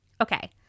okay